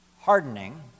Hardening